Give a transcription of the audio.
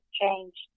changed